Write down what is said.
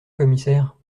commissaire